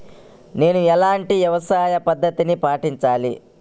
నేను ఎలాంటి వ్యవసాయ పద్ధతిని పాటించాలి?